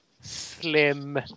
slim